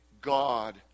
God